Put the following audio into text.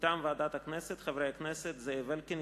מטעם ועדת הכנסת: חברי הכנסת זאב אלקין,